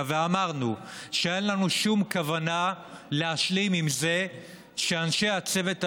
ואמרנו שאין לנו שום כוונה להשלים עם זה שאנשי הצוות הרפואי,